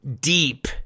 Deep